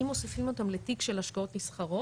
אם מוסיפים אותם לתיק של השקעות נסחרות,